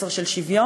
מסר של שוויון,